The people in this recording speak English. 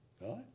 right